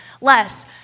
less